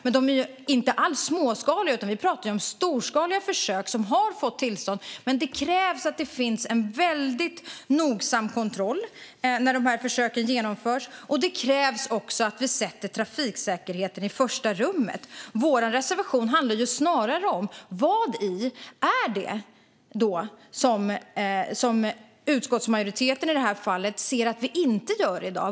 Men de är inte alls småskaliga, utan vi talar om storskaliga försök som har fått tillstånd. Men det krävs att det finns en mycket noggrann kontroll när dessa försök genomförs. Det krävs också att vi sätter trafiksäkerheten i första rummet. Vår reservation handlar snarare om vad utskottsmajoriteten i detta fall ser att vi inte gör i dag.